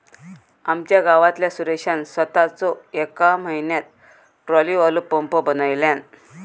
आमच्या गावातल्या सुरेशान सोताच येका म्हयन्यात ट्रॉलीवालो पंप बनयल्यान